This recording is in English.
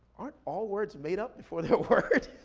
aren't all words made up before they're words?